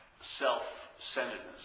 self-centeredness